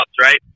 right